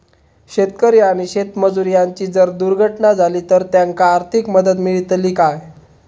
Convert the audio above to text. शेतकरी आणि शेतमजूर यांची जर दुर्घटना झाली तर त्यांका आर्थिक मदत मिळतली काय?